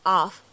off